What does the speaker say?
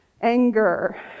anger